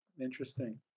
Interesting